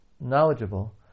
knowledgeable